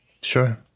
Sure